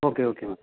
okay okay madam